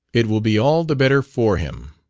it will be all the better for him.